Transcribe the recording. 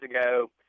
ago